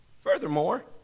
Furthermore